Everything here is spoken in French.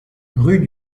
rue